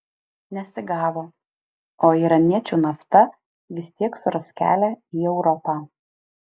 nesigavo o iraniečių nafta vis tiek suras kelią į europą